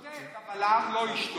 אני שותק, אבל העם לא ישתוק.